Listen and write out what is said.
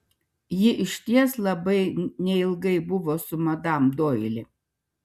ji išties labai neilgai buvo su madam doili